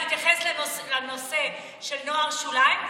תתייחס לנושא של נוער שוליים,